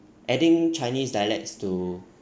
adding chinese dialects to